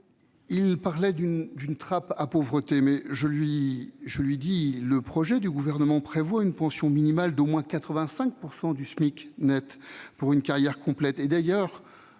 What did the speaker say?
il parlait d'une « trappe à pauvreté »-, mais il doit savoir que le projet du Gouvernement prévoit une pension minimale d'au moins 85 % du SMIC net pour une carrière complète